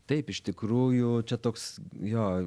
taip iš tikrųjų čia toks jo